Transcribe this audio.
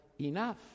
enough